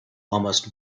almost